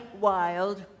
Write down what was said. wild